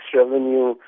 revenue